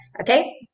okay